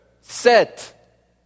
set